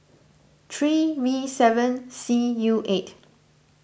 three V seven C U eight